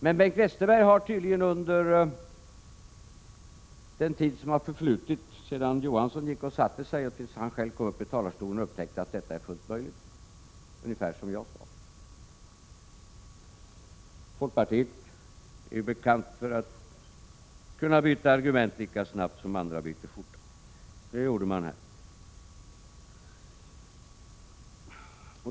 Men Bengt Westerberg har tydligen under den tid'som förflutit sedan Johansson gick och satte sig och Westerberg själv kom uppi talarstolen upptäckt att detta är fullt möjligt. Folkpartiet är bekant för att kunna byta argument lika snabbt som andra byter skjortor, och det gjorde man här.